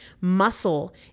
Muscle